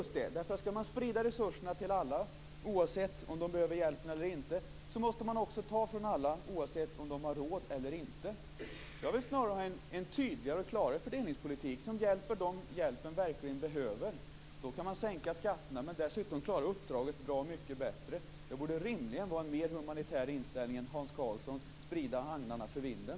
Skall man sprida resurserna till alla, oavsett om de behöver hjälp eller inte, måste man också ta från alla, oavsett om de har råd eller inte. Jag vill snarare ha en tydligare och klarare fördelningspolitik som hjälper dem som verkligen hjälpen behöver. Då kan man sänka skatterna och dessutom klara uppdraget bra mycket bättre. Det borde rimligen vara en mer humanitär inställning än Hans Karlssons, att sprida agnarna för vinden.